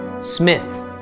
Smith